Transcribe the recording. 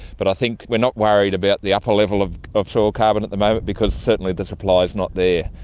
but i think we are not worried about the upper level of of soil carbon at the moment because certainly the supply is not there.